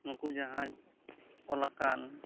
ᱩᱱᱠᱩ ᱡᱟᱦᱟᱸᱭ ᱚᱞᱟᱠᱟᱱ